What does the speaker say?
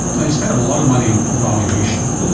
and you spent a lot of money on evaluation.